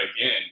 again